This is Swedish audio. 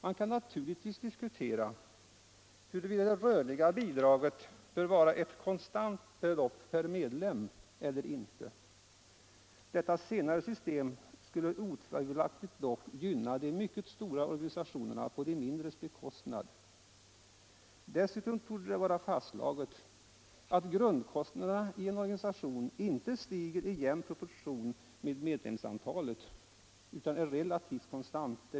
Man kan naturligtvis diskutera huruvida det rörliga bidraget bör vara ett konstant belopp per medlem eller inte. Det senare systemet skulle dock otvivelaktigt gynna de mycket stora organisationerna på de mindres bekostnad. Dessutom torde det vara fastslaget att grundkostnaderna i en organisation inte stiger i jämn proportion med medlemsantalet utan är relativt konstant.